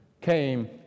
Came